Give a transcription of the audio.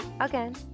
again